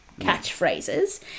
catchphrases